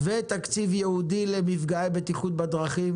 תקציב יייעודי למפגעי בטיחות בדרכים